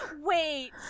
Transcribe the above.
Wait